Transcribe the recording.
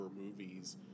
movies –